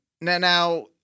now